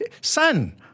Son